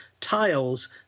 tiles